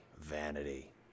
Vanity